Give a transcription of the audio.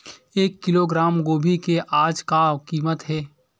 एक किलोग्राम गोभी के आज का कीमत हे?